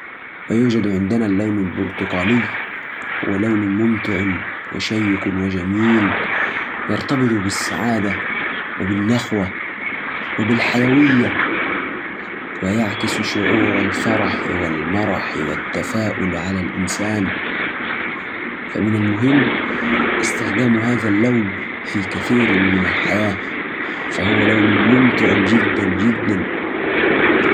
اللون البرتقالي يعبر عن الطاقة والحيوية ويعطي أحساس بالتفاؤل يتبادل إلى ذهني فصل الخريف وألوانه الدافئه مثل أوراق الشجر كمان مرتبط بالمشروبات الفاكهية مثل العطائر والكوكتيلات اللي تطفي طابع منعش في الثقافة يمكن يكون اللون مرتبط بالاحتفالات والأوقات الممتعة مع الأهل والأصدقاء